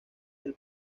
del